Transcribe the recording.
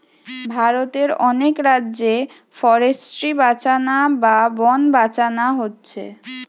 ভারতের অনেক রাজ্যে ফরেস্ট্রি বাঁচানা বা বন বাঁচানা হচ্ছে